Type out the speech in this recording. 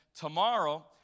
tomorrow